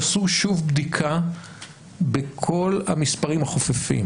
תעשו שוב בדיקה בכל המספרים החופפים,